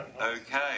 Okay